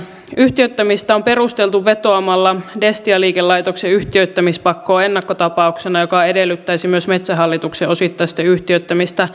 yhtiöittämistä on perusteltu vetoamalla destia liikelaitoksen yhtiöittämispakkoon ennakkotapauksena joka edellyttäisi myös metsähallituksen osittaista yhtiöittämistä